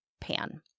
Pan